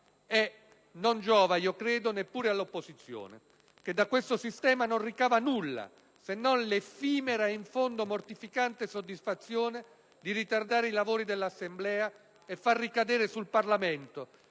E non giova neppure all'opposizione, che da questo sistema non ricava nulla, se non l'effimera e in fondo mortificante soddisfazione di ritardare i lavori dell'Assemblea e far ricadere sul Parlamento,